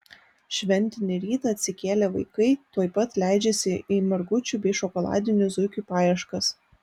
šventinį rytą atsikėlę vaikai tuoj pat leidžiasi į margučių bei šokoladinių zuikių paieškas